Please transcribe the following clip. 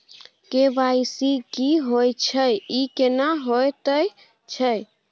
KYC की होय छै, ई केना होयत छै?